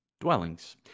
dwellings